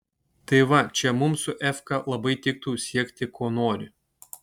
tai va čia mums su efka labai tiktų siekti ko nori